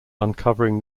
uncovering